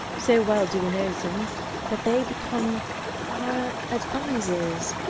so well do we know them that they become our ad visers,